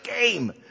game